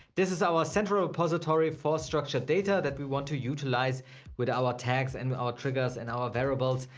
this is our central repository for structured data that we want to utilize with our tags and our triggers and our variables.